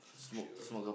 chill chill